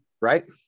Right